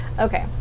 Okay